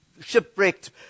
shipwrecked